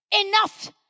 enough